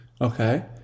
okay